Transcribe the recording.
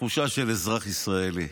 כתחושה של אזרח ישראלי.